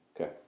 Okay